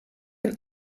een